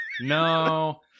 No